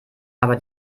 aber